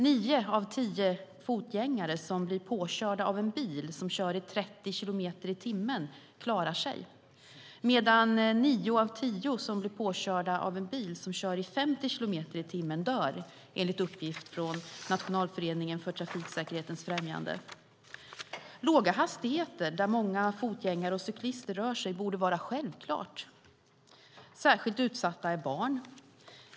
Nio av tio fotgängare som blir påkörda av en bil som kör i 30 kilometer i timmen klarar sig, medan nio av tio som blir påkörda av en bil som kör i 50 kilometer i timmen dör, detta enligt uppgift från NTF, Nationalföreningen för trafiksäkerhetens främjande. Låga hastigheter där många fotgängare och cyklister rör sig borde vara självklart. Särskilt utsatta är barn.